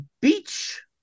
beach